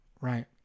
Right